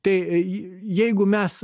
tai jeigu mes